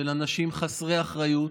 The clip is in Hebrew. של אנשים חסרי אחריות,